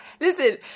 Listen